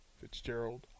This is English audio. Fitzgerald